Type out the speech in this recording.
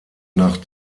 nach